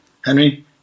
Henry